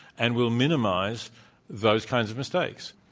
and will minimize those kinds of mistakes.